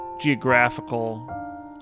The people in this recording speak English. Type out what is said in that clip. Geographical